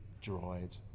dried